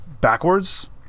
backwards